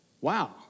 Wow